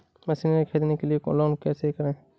Machinery ख़रीदने के लिए लोन कैसे करें?